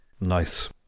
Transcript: Nice